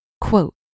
quote